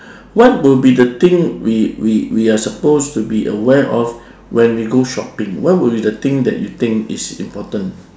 what will be the thing we we we are supposed to be aware of when we go shopping what will be the thing that you think is important